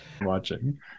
watching